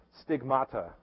stigmata